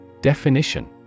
Definition